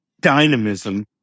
dynamism